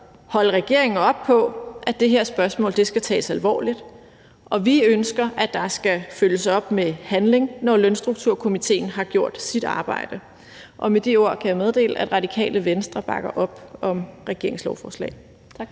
holde regeringen op på, at det her spørgsmål skal tages alvorligt, og vi ønsker, at der skal følges op med handling, når lønstrukturkomitéen har gjort sit arbejde. Med de ord kan jeg meddele, at Radikale Venstre bakker op om regeringens lovforslag. Tak.